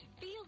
Feel